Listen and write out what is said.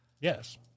Yes